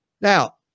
Now